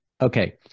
Okay